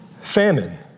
famine